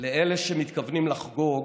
לאלה שמתכוונים לחגוג